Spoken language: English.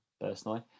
personally